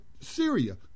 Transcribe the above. Syria